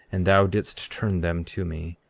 and thou didst turn them to me.